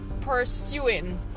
pursuing